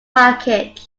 package